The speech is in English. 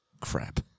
Crap